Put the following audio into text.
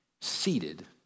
seated